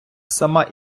сама